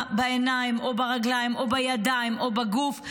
בעיניים או ברגליים או בידיים או בגוף,